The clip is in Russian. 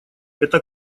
это